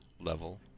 level